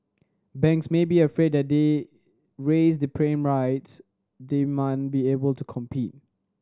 banks may be afraid that they raise the prime rights they man be able to compete